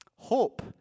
Hope